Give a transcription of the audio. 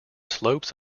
slopes